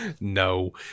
No